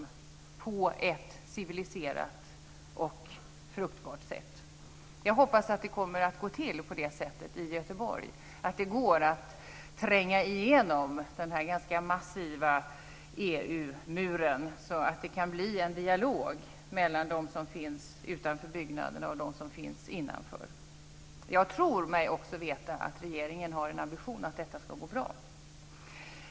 Jag hoppas att det i Göteborg går att tränga igenom den ganska massiva EU-muren så att det kan bli en dialog mellan dem som finns utanför byggnaderna och dem som finns där innanför. Jag tror mig veta att regeringen har ambitionen att detta ska gå bra.